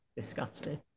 Disgusting